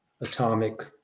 atomic